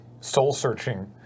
soul-searching